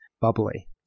bubbly